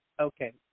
Okay